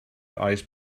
ice